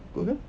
Google